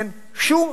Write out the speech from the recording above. אין שום